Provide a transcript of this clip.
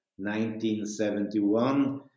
1971